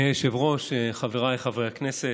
אדוני היושב-ראש, חבריי חברי הכנסת,